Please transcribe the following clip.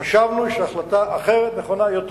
חשבנו שהחלטה אחרת נכונה יותר.